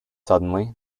suddenly